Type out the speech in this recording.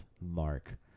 mark